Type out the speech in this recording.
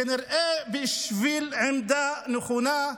כנראה, בשביל עמדה נכונה,